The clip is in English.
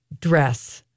dress